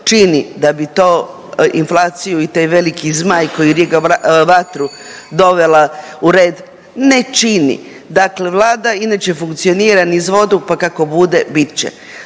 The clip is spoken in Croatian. čini da bit to inflaciju i taj veliki zmaj riga vatru dovela u red? Ne čini. Dakle Vlada inače funkcionira, niz vodu pa kako bude, bit će.